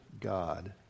God